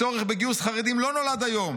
הצורך בגיוס החרדים לא נולד היום,